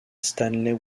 stanley